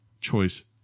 choice